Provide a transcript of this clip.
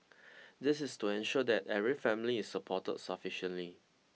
this is to ensure that every family is supported sufficiently